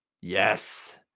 Yes